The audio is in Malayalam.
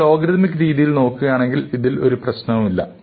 നമ്മൾ ലോഗരിതമിക് രീതിയിൽ നോക്കുകയാണെങ്കിൽ ഇതിൽ ഒരു പ്രശ്നവുമില്ല